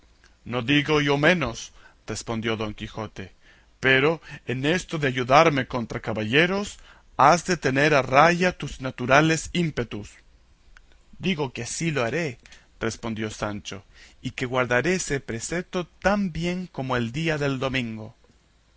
no digo yo menos respondió don quijote pero en esto de ayudarme contra caballeros has de tener a raya tus naturales ímpetus digo que así lo haré respondió sancho y que guardaré ese preceto tan bien como el día del domingo